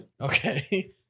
Okay